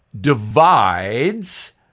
divides